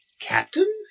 Captain